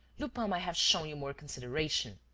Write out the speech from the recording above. lupin might have shown you more consideration!